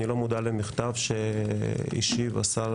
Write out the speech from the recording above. אני לא מודע למכתב שהשיב השר